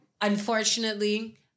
Unfortunately